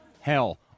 Hell